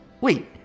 Wait